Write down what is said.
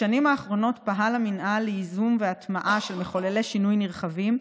בשנים האחרונות פעל המינהל לייזום והטמעה של מחוללי שינוי נרחבים,